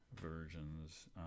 Versions